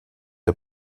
der